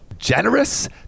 Generous